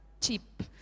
cheap